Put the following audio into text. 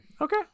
Okay